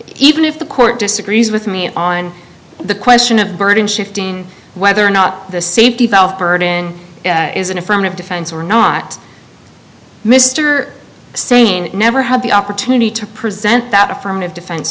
even if the court disagrees with me on the question of burden shifting whether or not the safety valve burden is an affirmative defense or not mr st never had the opportunity to present that affirmative defense